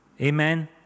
Amen